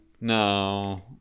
No